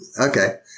okay